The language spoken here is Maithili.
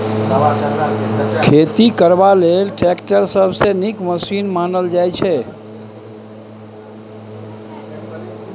खेती करबा लेल टैक्टर सबसँ नीक मशीन मानल जाइ छै